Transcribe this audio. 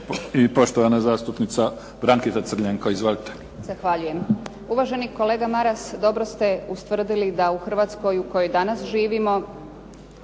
i poštovana zastupnica Brankica Crljenko. Izvolite. **Crljenko, Brankica (SDP)** Zahvaljujem. Uvaženi kolega Maras, dobro ste ustvrdili da u Hrvatskoj u kojoj danas živimo